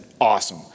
Awesome